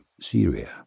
Syria